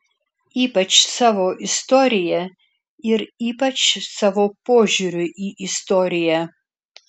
ypač savo istorija ir ypač savo požiūriu į istoriją